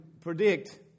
predict